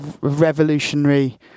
revolutionary